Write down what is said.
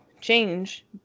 change